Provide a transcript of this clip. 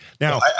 Now